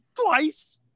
twice